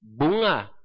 Bunga